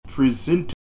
present